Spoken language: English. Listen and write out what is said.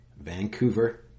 Vancouver